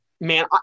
man